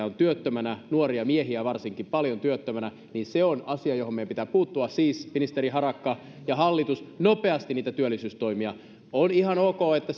on työttömänä varsinkin nuoria miehiä on paljon työttömänä on asia johon meidän pitää puuttua siis ministeri harakka ja hallitus nopeasti niitä työllisyystoimia on ihan ok että